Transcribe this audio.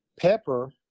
Pepper